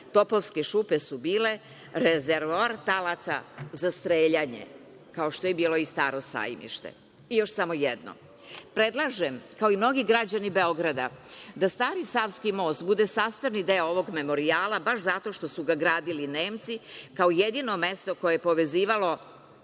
Topovske šupe su bile rezervoar talaca za streljanje, kao što je bilo i Staro Sajmište. Još samo jedno. Predlažem, kao i mnogi građani Beograda, da stari Savski most bude sastavni deo ovog memorijala, baš zato što su ga gradili Nemci, kao jedino mesto koje je povezivalo